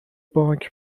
بانک